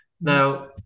Now